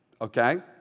okay